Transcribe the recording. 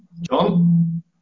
John